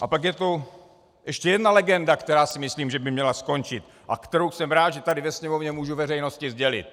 A pak je tu ještě jedna legenda, která si myslím, že by měla skončit, a kterou jsem rád, že tady ve Sněmovně můžu veřejnosti sdělit.